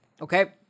Okay